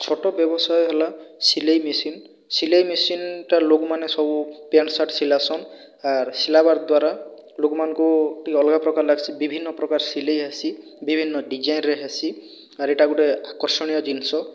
ଛୋଟ ବ୍ୟବସାୟ ହେଲା ସିଲେଇ ମେସିନ୍ ସିଲେଇ ମେସିନ୍ଟା ଲୋକ୍ମାନେ ସବୁ ପ୍ୟାଣ୍ଟ ସାର୍ଟ୍ ସିଲାସନ୍ ଆର୍ ସିଲାବାର୍ ଦ୍ୱାରା ଲୋକ୍ମାନଙ୍କୁ ଟିକିଏ ଅଲଗା ପ୍ରକାର୍ ଲାଗ୍ସି ବିଭିନ୍ନ ପ୍ରକାର ସିଲେଇ ଆସଛି ବିଭିନ୍ନ ଡିଜାଇନ୍ରେ ହେସି ଆର୍ ଏଇଟା ଗୁଟେ ଆକର୍ଷଣୀୟ ଜିନିଷ